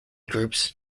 groups